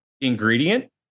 ingredient